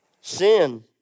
sin